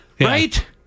Right